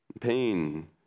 pain